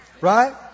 Right